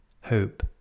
Hope